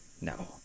No